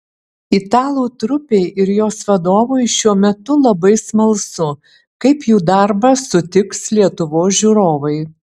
italų trupei ir jos vadovui šiuo metu labai smalsu kaip jų darbą sutiks lietuvos žiūrovai